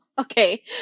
Okay